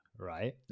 right